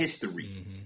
history